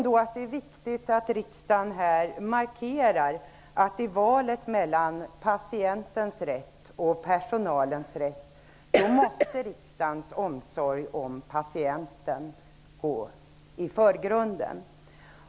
Det är viktigt att riksdagen markerar att riksdagens omsorg om patienten måste hamna i förgrunden i valet mellan patientens rätt och personalens rätt.